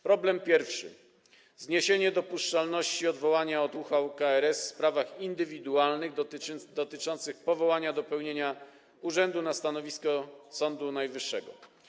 Problem pierwszy: zniesienie dopuszczalności odwołania od uchwał KRS w sprawach indywidualnych dotyczących powołania do pełnienia urzędu na stanowisku sędziego Sądu Najwyższego.